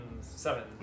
Seven